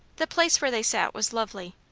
the place where they sat was lovely.